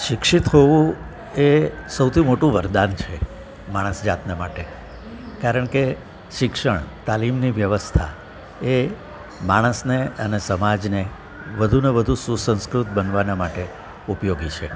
શિક્ષિત હોવું એ સૌથી મોટું વરદાન છે માણસ જાતના માટે કારણ કે શિક્ષણ તાલીમની વ્યવસ્થા એ માણસને અને સમાજને વધુને વધુ સુસંસ્કૃત બનવાના માટે ઉપયોગી છે